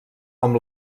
amb